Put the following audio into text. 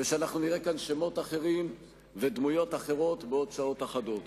ואנחנו נראה כאן שמות אחרים ודמויות אחרות בעוד שעות אחדות.